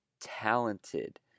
talented